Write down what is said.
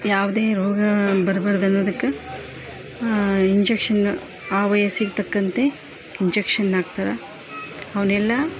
ಯಾವುದೇ ರೋಗ ಬರಬಾರ್ದನ್ನೋದಕ್ಕೆ ಇಂಜೆಕ್ಷನ್ ಆ ವಯಸ್ಸಿಗೆ ತಕ್ಕಂತೆ ಇಂಜೆಕ್ಷನ್ ಹಾಕ್ತಾರಾ ಅವನ್ನೆಲ್ಲ